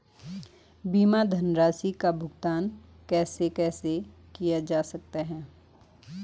बीमा धनराशि का भुगतान कैसे कैसे किया जा सकता है?